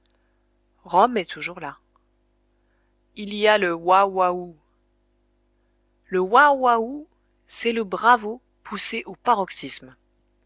rome est toujours là il y a le oua ouaou le oua ouaou c'est le bravo poussé au paroxysme